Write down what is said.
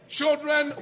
children